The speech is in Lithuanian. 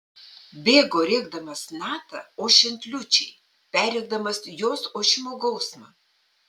bėgo rėkdamas natą ošiant liūčiai perrėkdamas jos ošimo gausmą